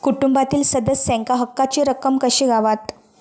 कुटुंबातील सदस्यांका हक्काची रक्कम कशी गावात?